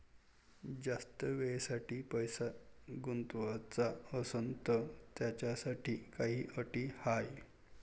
जास्त वेळेसाठी पैसा गुंतवाचा असनं त त्याच्यासाठी काही अटी हाय?